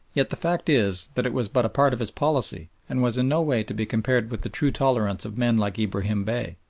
yet the fact is that it was but a part of his policy, and was in no way to be compared with the true tolerance of men like ibrahim bey,